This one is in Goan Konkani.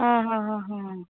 आं हां हां हां